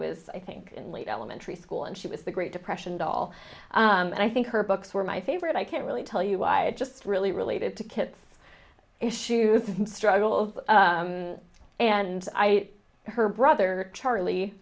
was i think only elementary school and she was the great depression doll and i think her books were my favorite i can't really tell you i just really related to kipps issues struggles and her brother charlie